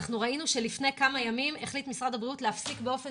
ראינו שלפני כמה ימים החליט משרד הבריאות להפסיק באופן